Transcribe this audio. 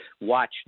Watch